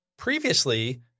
Previously